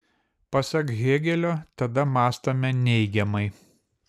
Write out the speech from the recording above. pasak hėgelio tada mąstome neigiamai